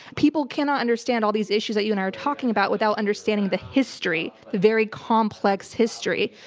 people cannot understand all these issues that you and i are talking about without understanding the history, the very complex history,